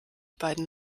beiden